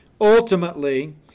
ultimately